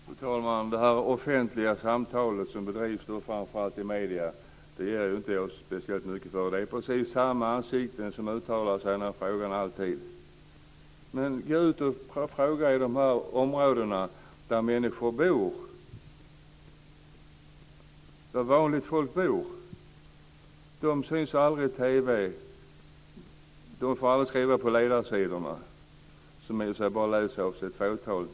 Fru talman! Jag ger inte speciellt mycket för det offentliga samtal som bedrivs i medierna. Det är alltid precis samma ansikten som uttalar sig i den här frågan. Men gå ut och fråga vanliga människor som bor i de här områdena! De syns aldrig i TV och de får aldrig skriva på ledarsidorna, som dessbättre bara läses av ett fåtal.